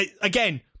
again